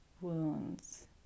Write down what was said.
wounds